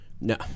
No